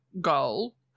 goal